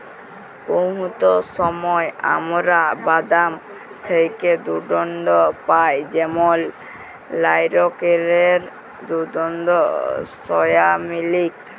বহুত সময় আমরা বাদাম থ্যাকে দুহুদ পাই যেমল লাইরকেলের দুহুদ, সয়ামিলিক